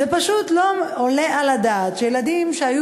זה פשוט לא עולה על הדעת שילדים שהיו